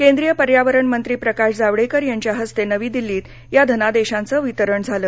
केंद्रीय पर्यावरण मंत्री प्रकाश जावडेकर यांच्या हस्ते नवी दिल्लीत या धनादेशांचं वितरण झालं